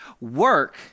Work